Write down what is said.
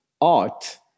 art